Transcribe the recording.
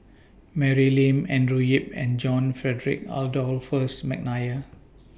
Mary Lim Andrew Yip and John Frederick Adolphus Mcnair